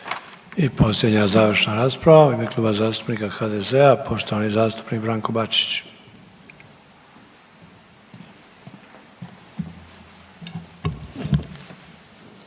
I posljednja završna rasprava. U ime Kluba zastupnika HDZ-a poštovani zastupnik Branko Bačić.